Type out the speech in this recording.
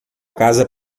casa